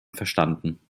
verstanden